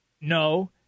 no